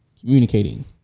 Communicating